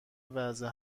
وضع